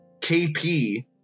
KP